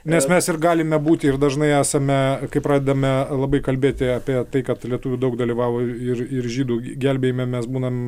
nes mes ir galime būti ir dažnai esame kai pradedame labai kalbėti apie tai kad lietuvių daug dalyvavo ir ir žydų gelbėjime mes būnam